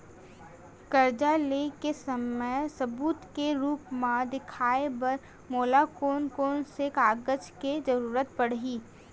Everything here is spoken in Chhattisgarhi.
कर्जा ले के समय सबूत के रूप मा देखाय बर मोला कोन कोन से कागज के जरुरत पड़ही?